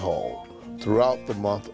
hall throughout the month